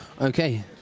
Okay